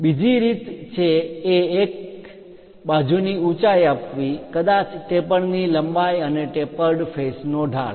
બીજી રીત છે એક બાજુની ઊચાઇ આપવી કદાચ ટેપર ની લંબાઈ અને ટેપર્ડ ફેસ નો ઢાળ